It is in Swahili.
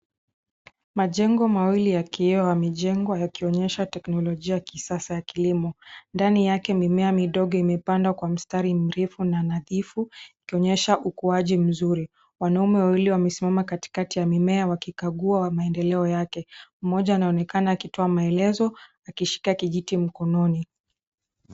Majengo mawili ya kioo yamejengwa yakionyesha teknolojia ya kisasa ya kilimo. Ndani yake mimea midogo imepandwa kwa mstari mrefu na nadhifu, ikionyesha ukuaji mzuri. Wanaume wawili wamesimama katikati ya mimea wakikagua wa maendeleo yake. Mmoja anaonekana akitoa maelezo akishika kijiti mkononi.